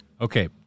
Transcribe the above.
Okay